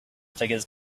figures